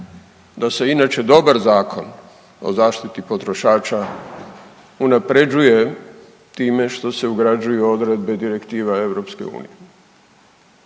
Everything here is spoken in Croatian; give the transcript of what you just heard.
da se inače dobar Zakon o zaštiti potrošača unapređuje time što se ugrađuju odredbe direktiva EU.